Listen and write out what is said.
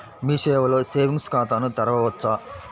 మీ సేవలో సేవింగ్స్ ఖాతాను తెరవవచ్చా?